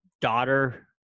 daughter